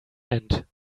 end